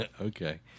okay